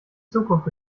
zukunft